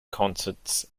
concerts